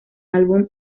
álbum